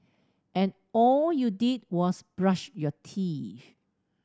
and all you did was brush your teeth